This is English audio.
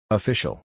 Official